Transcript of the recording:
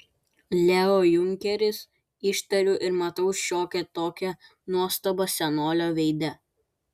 leo junkeris ištariu ir matau šiokią tokią nuostabą senolio veide